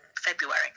February